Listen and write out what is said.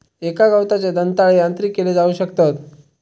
एका गवताचे दंताळे यांत्रिक केले जाऊ शकतत